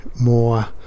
more